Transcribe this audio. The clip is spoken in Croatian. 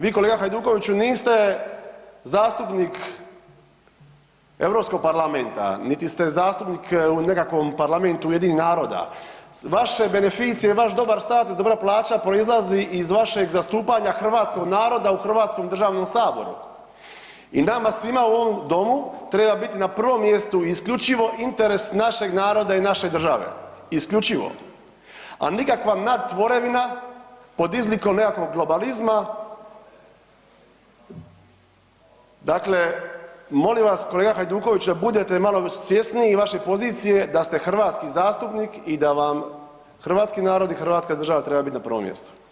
Vi kolega Hajdukoviću, niste zastupnik Europskog parlamenta niti ste zastupnik u nekakvom parlamentu UN-a, vaše beneficije i vaš dobar status, dobra plaća proizlazi iz vašeg zastupanja hrvatskog naroda u hrvatskom državnom Saboru i nama svim u ovom domu treba biti na prvom mjestu isključivo interes našeg naroda i naše države, isključivo, a nikakva nadtvorevina pod izlikom nekakvog globalizma, dakle molim vas kolega Hajduković, da budete malo svjesniji vaše pozicije da ste hrvatski zastupnik i da vam hrvatski narod i hrvatska država trebaju biti na prvom mjestu.